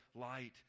light